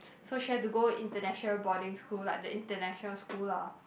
so she had to go international boarding school like the international school lah